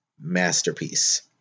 masterpiece